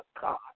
God